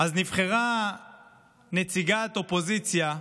אז נבחרה נציגת אופוזיציה,